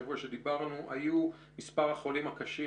כמה היה מספר החולים הקשים?